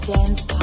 Dance